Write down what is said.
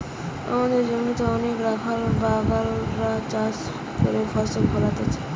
আমদের জমিতে অনেক রাখাল বাগাল রা চাষ করে ফসল ফোলাইতেছে